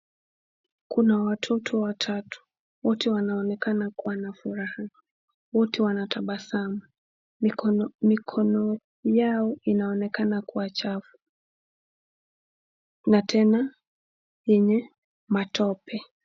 Kuna watoto watatu. Wote wanaonekana kuwa na furaha, wote wana tabasamu. Mikono yao inaonekana kuwa chafu na tena yenye matope.